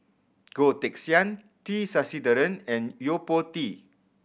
Goh Teck Sian T Sasitharan and Yo Po Tee